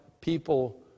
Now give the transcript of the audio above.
people